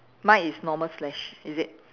mine is normal slash is it